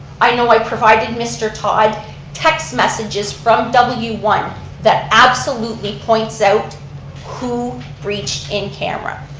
i know i provided mr. todd text messages from w one that absolutely points out who breached in camera.